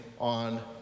on